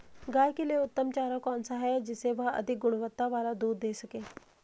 गाय के लिए उत्तम चारा कौन सा है जिससे वह अधिक गुणवत्ता वाला दूध दें सके?